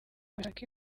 bashaka